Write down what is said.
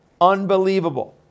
unbelievable